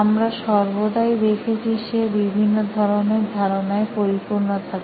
আমরা সর্বদাই দেখেছি সে বিভিন্ন ধরনের ধারণায় পরিপূর্ণ থাকে